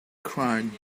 cried